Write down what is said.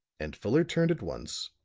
and fuller turned at once,